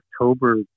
October